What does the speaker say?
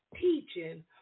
teaching